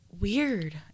weird